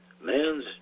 Man's